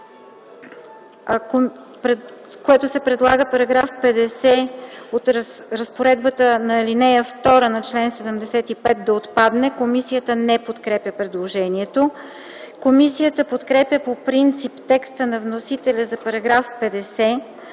което се предлага в § 50 разпоредбата на ал. 2 на чл. 75 да отпадне. Комисията не подкрепя предложението. Комисията подкрепя по принцип текста на вносителя за § 50,